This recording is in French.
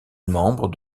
membre